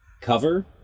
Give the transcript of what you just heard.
cover